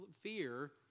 fear